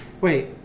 Wait